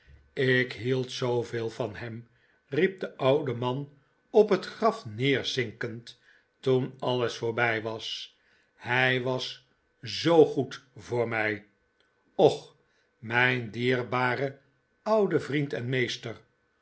ik hield zooveel van hem riep de oude man op het graf neerzinkend toen alles voorbij was hij was zoo goed voor mij och mijn dierbare oude vriend en meester